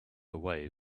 away